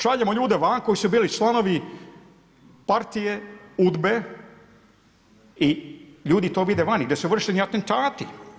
Šaljemo ljude van koji su bili članovi partije, UDBA-e i ljudi to vide vani gdje su vršeni atentati.